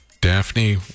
Daphne